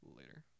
later